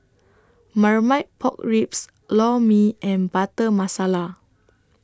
Marmite Pork Ribs Lor Mee and Butter Masala